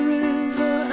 river